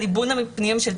במסגרת הליבון הפנים-ממשלתי,